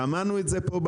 אמרנו את זה פה,